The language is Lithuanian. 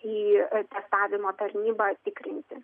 į atestavimo tarnybą tikrinti